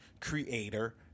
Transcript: creator